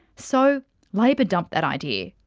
so labor dumped that idea.